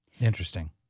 Interesting